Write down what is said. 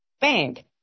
Bank